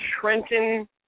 Trenton